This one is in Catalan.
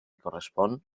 correspon